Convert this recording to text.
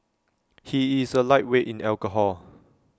he is A lightweight in alcohol